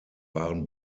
waren